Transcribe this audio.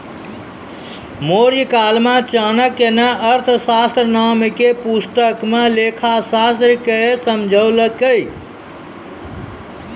मौर्यकाल मे चाणक्य ने अर्थशास्त्र नाम के पुस्तक मे लेखाशास्त्र के समझैलकै